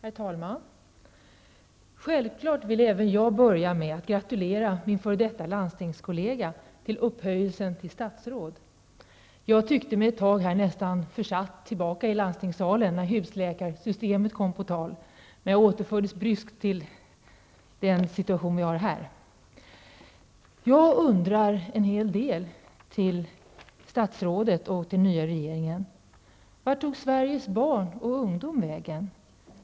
Herr talman! Självfallet vill även jag börja med att gratulera min f.d. landstingskollega till upphöjelsen till statsråd. Jag tyckte mig ett tag nästan försatt tillbaka i landstingssalen när husläkarsystemet kom på tal, men jag återfördes bryskt till den situation vi har här. Jag har en hel del frågor till statsrådet och den nya regeringen. Vart tog Sveriges barn och ungdom vägen?